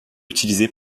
utilisée